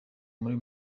muri